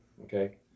Okay